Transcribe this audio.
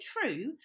true